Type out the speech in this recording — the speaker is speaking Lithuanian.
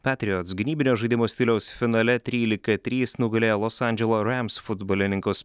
petriots gynybinio žaidimo stiliaus finale trylika trys nugalėjo los andželo rems futbolininkus